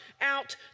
out